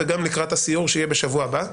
וגם לקראת הסיור שיהיה בשבוע הבא,